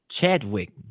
Chadwick